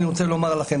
אני רוצה לומר לכם,